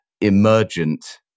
emergent